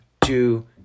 two